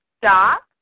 stop